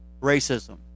racism